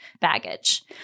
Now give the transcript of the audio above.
baggage